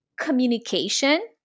communication